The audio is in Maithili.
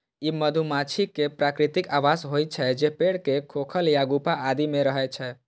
ई मधुमाछी के प्राकृतिक आवास होइ छै, जे पेड़ के खोखल या गुफा आदि मे रहै छै